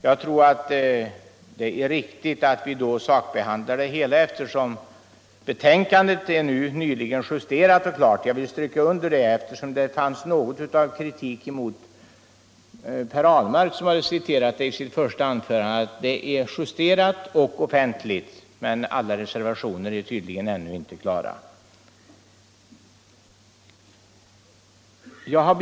Jag tror det är riktigare att vi sakbehandlar de frågorna den 2 april. Betänkandet är nyligen justerat och alltså offentligt — jag vill understryka det, eftersom det riktades någon kritik mot Per Ahlmark, som i sitt första anförande citerade ur betänkandet. Alla reservationer är dock ännu inte riktigt klara.